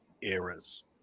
eras